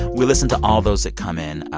we listen to all those that come in.